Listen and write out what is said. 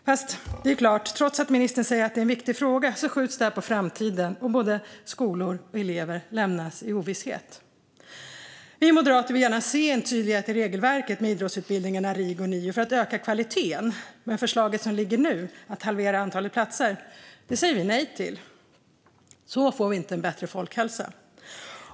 Fast det är klart, trots att ministern säger att det är en viktig fråga skjuts det här på framtiden och både skolor och elever lämnas i ovisshet. Vi moderater vill gärna se en tydlighet i regelverket med idrottsutbildningarna RIG och NIU för att öka kvaliteten, men förslaget som ligger här nu om att halvera antalet platser säger vi nej till. Så får vi inte en bättre folkhälsa.